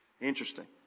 Interesting